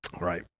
Right